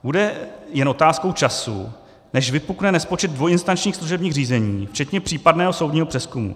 Bude jen otázkou času, než vypukne nespočet dvojinstančních služebních řízení včetně případného soudního přezkumu.